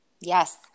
Yes